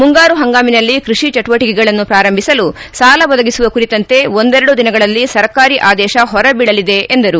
ಮುಂಗಾರು ಹಂಗಾಮಿನಲ್ಲಿ ಕೃಷಿ ಚಟುವಟಕೆಗಳನ್ನು ಪ್ರಾರಂಭಿಸಲು ಸಾಲ ಒದಗಿಸುವ ಕುರಿತಂತೆ ಒಂದೆರಡು ದಿನಗಳಲ್ಲಿ ಸರ್ಕಾರಿ ಆದೇಶ ಹೊರಬೀಳಲಿದೆ ಎಂದರು